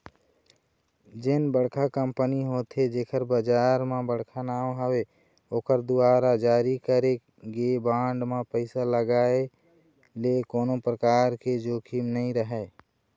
जेन बड़का कंपनी होथे जेखर बजार म बड़का नांव हवय ओखर दुवारा जारी करे गे बांड म पइसा लगाय ले कोनो परकार के जोखिम नइ राहय